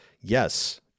yes